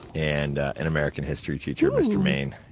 and and american history teacher, mr. main.